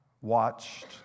watched